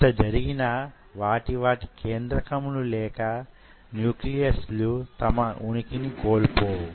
ఇంత జరిగినా వాటి వాటి కేంద్రకములు లేక న్యూక్లియస్ లు తమ ఉనికిని కోల్పోవు